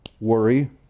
worry